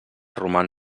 roman